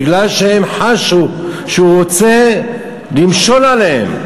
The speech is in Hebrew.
בגלל שהם חשו שהוא רוצה למשול עליהם.